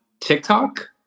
TikTok